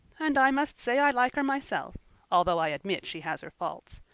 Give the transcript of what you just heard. and i must say i like her myself although i admit she has her faults.